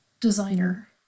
designer